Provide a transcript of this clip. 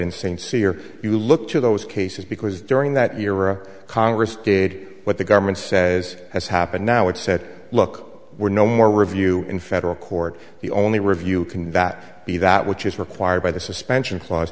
insincere you look to those cases because during that era congress did what the government says has happened now it said look we're no more review in federal court the only review can that be that which is required by the suspension cla